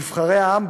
נבחרי העם,